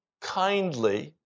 kindly